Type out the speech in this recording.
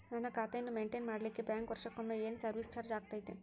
ನನ್ನ ಖಾತೆಯನ್ನು ಮೆಂಟೇನ್ ಮಾಡಿಲಿಕ್ಕೆ ಬ್ಯಾಂಕ್ ವರ್ಷಕೊಮ್ಮೆ ಏನು ಸರ್ವೇಸ್ ಚಾರ್ಜು ಹಾಕತೈತಿ?